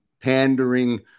pandering